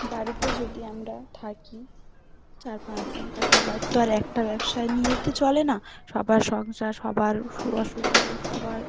বাড়িতে যদি আমরা থাকি চার পাঁচজন তা সবার তো আর একটা ব্যবসা নিয়েই তো চলে না সবার সংসার সবার সু অসুখ বিসুখ সবার